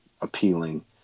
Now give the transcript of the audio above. appealing